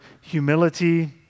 humility